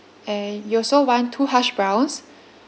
and you also want two hash browns